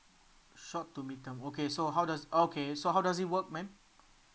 short to midterm okay so how does okay so how does it work ma'am